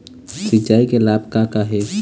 सिचाई के लाभ का का हे?